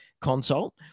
consult